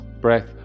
Breath